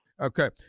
Okay